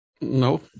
No